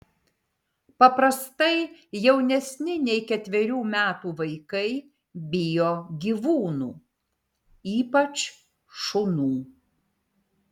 paprastai jaunesni nei ketverių metų vaikai bijo gyvūnų ypač šunų